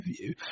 view